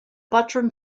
patron